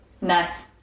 Nice